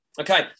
Okay